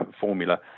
formula